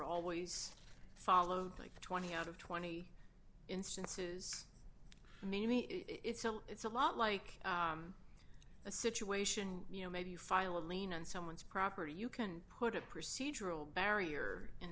always followed like twenty out of twenty instances namely a it's a it's a lot like a situation you know maybe you file a lien on someone's property you can put a procedural barrier in